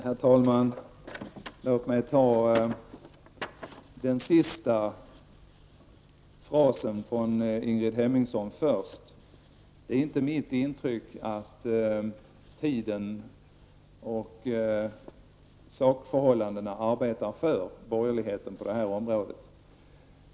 Herr talman! Först något om den sista frasen i Ingrid Hemmingssons senaste inlägg. Det är inte så, att jag har ett intryck av att tiden och sakförhållandena arbetar för borgerligheten på det här området.